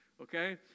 Okay